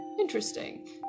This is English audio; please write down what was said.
Interesting